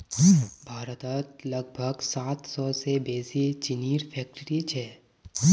भारतत लगभग सात सौ से बेसि चीनीर फैक्ट्रि छे